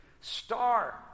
star